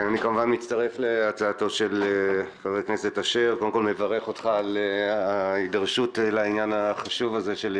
אני מצטרף לדברי חבר הכנסת אשר ומברך אותו על ההידרשות לעניין חשוב זה.